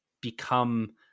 become